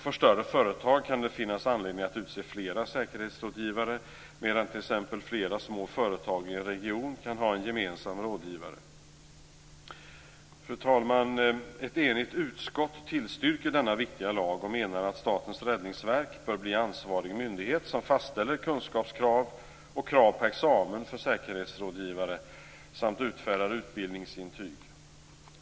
För större företag kan det finnas anledning att utse flera säkerhetsrådgivare, medan t.ex. flera små företag i en region kan ha en gemensam rådgivare. Fru talman! Ett enigt utskott tillstyrker denna viktiga lag och menar att Statens räddningsverk bör bli ansvarig myndighet som fastställer kunskapskrav och krav på examen för säkerhetsrådgivare samt utfärdar utbildningsintyg.